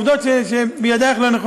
ואני חושב שפשוט העובדות שבידייך לא נכונות.